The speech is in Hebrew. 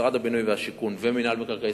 משרד הבינוי והשיכון ומינהל מקרקעי